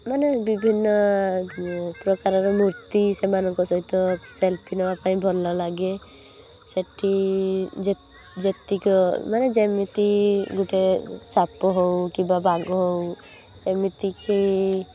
ମାନେ ବିଭିନ୍ନ ପ୍ରକାରର ମୂର୍ତ୍ତି ସେମାନଙ୍କ ସହିତ ସେଲ୍ଫି ନବା ପାଇଁ ଭଲ ଲାଗେ ସେଇଠି ଯେ ଯେତିକ ମାନେ ଯେମିତି ଗୋଟେ ସାପ ହଉ କିମ୍ବା ବାଘ ହଉ ଏମିତିକି